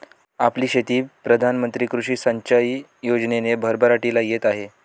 आपली शेती प्रधान मंत्री कृषी सिंचाई योजनेने भरभराटीला येत आहे